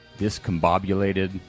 discombobulated